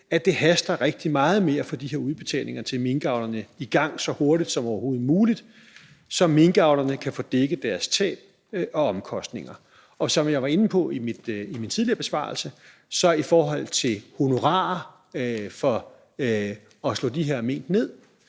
at det haster rigtig meget med at få de her udbetalinger til minkavlerne i gang så hurtigt som overhovedet muligt, så minkavlerne kan få dækket deres tab og omkostninger. Som jeg var inde på i min tidligere besvarelse i forhold til honorarer for at slå de her mink ned,